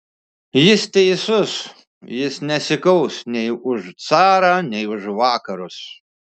jis teisus jis nesikaus nei už carą nei už vakarus